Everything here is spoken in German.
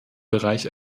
bereich